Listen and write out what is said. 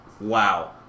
wow